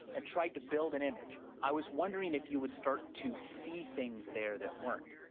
and tried to build an image. i was wondering if you would start to see things there that weren't.